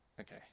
Okay